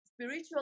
spiritual